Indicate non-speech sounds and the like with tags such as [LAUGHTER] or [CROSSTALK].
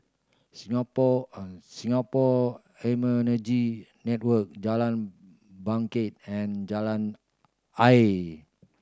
Singapore [HESITATION] Singapore Immunology Network Jalan Bangket and Jalan Ayer